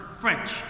French